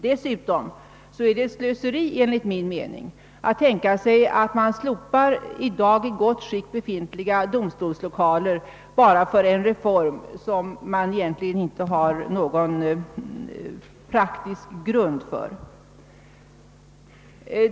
Dessutom är det enligt min mening slöseri att i dag slopa i gott skick befintliga domstolslokaler på grund av en reform för vilken man egentligen inte har någon praktisk grund.